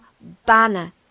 banner